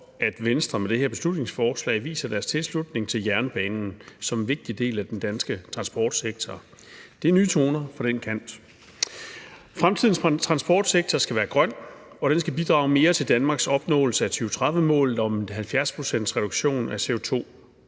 at Venstre med det her beslutningsforslag viser deres tilslutning til jernbanen som en vigtig del af den danske transportsektor. Det er nye toner fra den kant. Fremtidens transportsektor skal være grøn, og den skal bidrage mere til Danmarks opnåelse af 2030-målet om en 70-procentsreduktion af CO2.